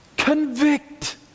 convict